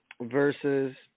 versus